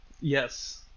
Yes